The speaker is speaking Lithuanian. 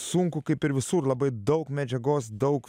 sunku kaip ir visur labai daug medžiagos daug